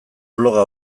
bloga